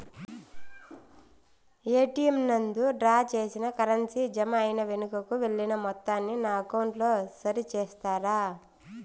ATM నందు draw చేసిన currency జామ అయి వెనుకకు వెళ్లిన మొత్తాన్ని నా అకౌంట్ లో సరి చేస్తారా?